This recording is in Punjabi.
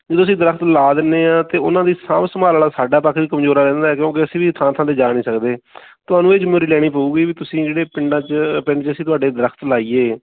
ਜਦੋਂ ਅਸੀਂ ਦਰੱਖਤ ਲਾ ਦਿੰਦੇ ਹਾਂ ਤਾਂ ਉਹਨਾਂ ਦੀ ਸਾਂਭ ਸੰਭਾਲ ਵਾਲਾ ਸਾਡਾ ਪੱਖ ਵੀ ਕਮਜ਼ੋਰ ਰਹਿ ਜਾਂਦਾ ਕਿਉਂਕਿ ਅਸੀਂ ਵੀ ਥਾਂ ਥਾਂ 'ਤੇ ਜਾ ਨਹੀਂ ਸਕਦੇ ਤੁਹਾਨੂੰ ਇਹ ਜਿੰਮੇਵਾਰੀ ਲੈਣੀ ਪਊਗੀ ਵੀ ਤੁਸੀਂ ਜਿਹੜੇ ਪਿੰਡਾਂ 'ਚ ਪਿੰਡ 'ਚ ਅਸੀਂ ਤੁਹਾਡੇ ਦਰੱਖਤ ਲਾਈਏ